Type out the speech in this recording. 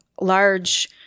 large